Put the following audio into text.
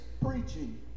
preaching